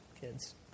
kids